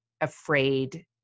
afraid